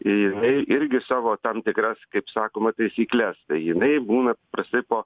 jinai irgi savo tam tikras kaip sakoma taisykles jinai būna prastai po